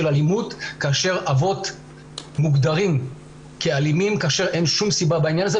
אלימות כאשר אבות מוגדרים כאלימים כאשר אין שום סיבה בעניין הזה.